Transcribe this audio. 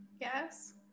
Yes